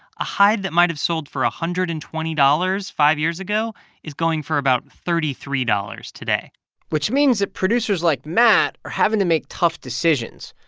a hide that might've sold for one ah hundred and twenty dollars five years ago is going for about thirty three dollars today which means that producers like matt are having to make tough decisions.